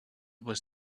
was